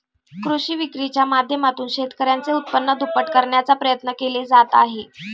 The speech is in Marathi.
कृषी विक्रीच्या माध्यमातून शेतकऱ्यांचे उत्पन्न दुप्पट करण्याचा प्रयत्न केले जात आहेत